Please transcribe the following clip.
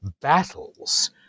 battles